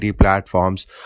platforms